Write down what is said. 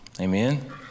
Amen